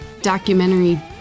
documentary